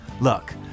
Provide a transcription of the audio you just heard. Look